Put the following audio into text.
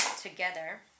together